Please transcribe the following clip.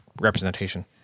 Representation